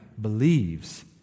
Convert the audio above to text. believes